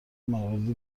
مواردی